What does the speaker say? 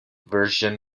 version